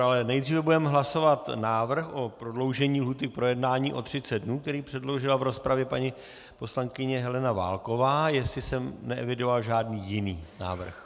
Ale nejdříve budeme hlasovat návrh o prodloužení lhůty k projednání o 30 dnů, který předložila v rozpravě paní poslankyně Helena Válková, jestli jsem neevidoval žádný jiný návrh.